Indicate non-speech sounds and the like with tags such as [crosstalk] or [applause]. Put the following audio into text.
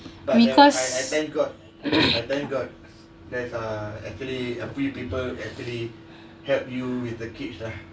because [coughs]